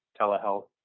telehealth